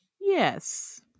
Yes